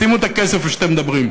שימו את הכסף איפה שאתם מדברים.